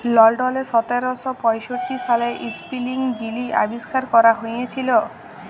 লল্ডলে সতের শ পঁয়ষট্টি সালে ইস্পিলিং যিলি আবিষ্কার ক্যরা হঁইয়েছিল